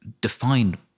define